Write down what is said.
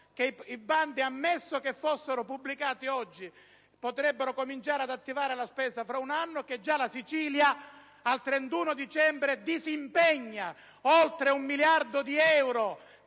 che i bandi fossero pubblicati oggi, si potrebbe cominciare ad attivare la spesa tra un anno. Ma la Sicilia al 31 dicembre disimpegna oltre un miliardo di euro,